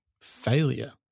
failure